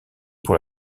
pour